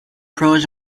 pros